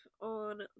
on